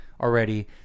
already